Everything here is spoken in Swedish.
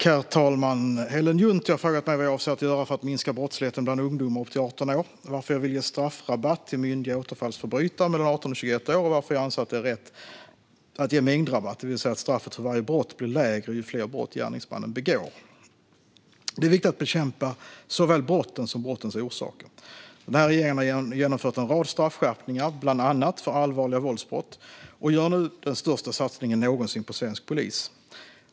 Herr talman! Ellen Juntti har frågat mig vad jag avser att göra för att minska brottsligheten bland ungdomar upp till 18 år, varför jag vill ge straffrabatt till myndiga återfallsförbrytare mellan 18 och 21 år och varför jag anser att det är rätt att ge mängdrabatt, det vill säga att straffet för varje brott blir lägre ju fler brott gärningsmannen begår. Det är viktigt att bekämpa såväl brotten som brottens orsaker. Den här regeringen har genomfört en rad straffskärpningar, bland annat för allvarliga våldsbrott, och gör nu den största satsningen någonsin på svensk polis.